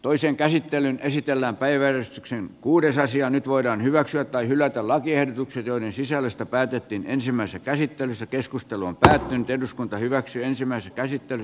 toisen käsittelyn esitellä everstiksi kuudes asia nyt voidaan hyväksyä tai hylätä lakiehdotukset joiden sisällöstä päätettiin ensimmäisessä käsittelyssä keskustelu on päättynyt eduskunta hyväksyi ensimmäisen käsittelyn